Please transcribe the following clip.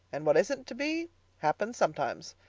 and what isn't to be happens sometimes.